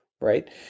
right